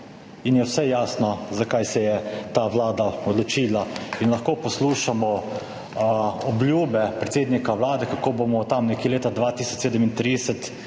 in je vse jasno, za kaj se je odločila ta vlada. In lahko poslušamo obljube predsednika Vlade, kako bomo tam nekje leta 2037